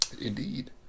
indeed